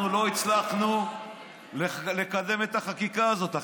אנחנו לא הצלחנו לקדם את החקיקה הזאת.